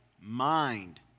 mind